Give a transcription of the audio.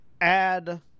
add